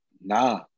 nah